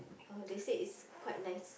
uh they said is quite nice